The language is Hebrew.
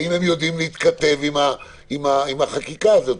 האם הם יודעים להתכתב עם החקיקה הזאת,